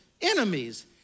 enemies